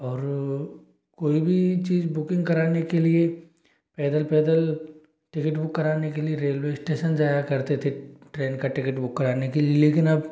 और कोई भी चीज बुकिंग कराने के लिए पैदल पैदल टिकिट बुक कराने के लिए रेलवे स्टेशन जाया करते थे ट्रेन का टिकिट बुक कराने के लिए लेकिन अब